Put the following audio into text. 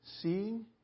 Seeing